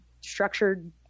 structured